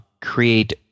create